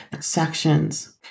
sections